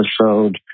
episode